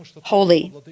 holy